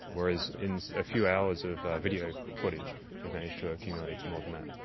whereas in a few hours of video footage we've managed to accumulate more than that.